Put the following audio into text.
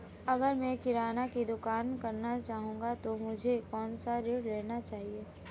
अगर मैं किराना की दुकान करना चाहता हूं तो मुझे कौनसा ऋण लेना चाहिए?